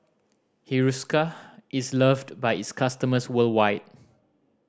Hiruscar is loved by its customers worldwide